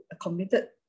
committed